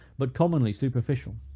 but commonly superficial.